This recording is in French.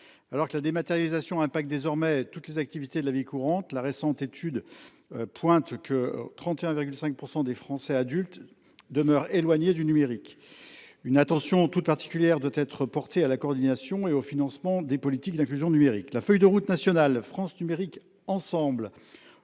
Alors que la dématérialisation touche désormais toutes les activités de la vie courante, une récente étude pointe que 31,5 % des Français adultes demeurent éloignés du numérique. Une attention toute particulière doit être portée à la coordination et aux financements des politiques d’inclusion numérique. La feuille de route nationale France numérique ensemble